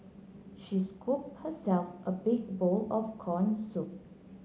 she scoop herself a big bowl of corn soup